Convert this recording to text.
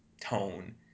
tone